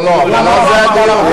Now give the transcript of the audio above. אתה ישבת שם, לא, לא, אבל לא זה הדיון.